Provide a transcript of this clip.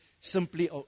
simply